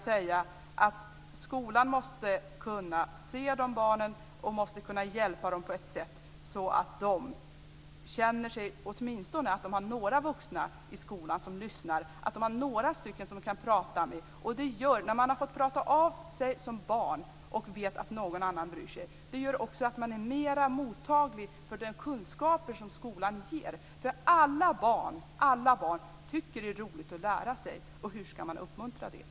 Skolan måste kunna se de här barnen, och kunna hjälpa dem på ett sätt så att de känner att de åtminstone har några vuxna i skolan som lyssnar och att de har några som de kan prata med. När man har fått prata av sig som barn och vet att någon annan bryr sig gör det att man är mer mottaglig för de kunskaper som skolan ger. Alla barn tycker att det är roligt att lära sig. Hur ska man uppmuntra det?